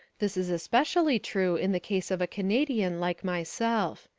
this is especially true in the case of a canadian like myself.